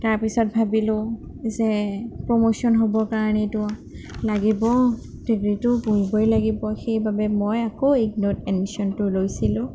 তাৰপিছত ভাবিলোঁ যে প্ৰম'শ্যন হ'বৰ কাৰণেতো লাগিব ডিগ্ৰিটো পঢ়িবই লাগিব সেইবাবে মই আকৌ ইগন'ত এডমিশ্য়নটো লৈছিলোঁ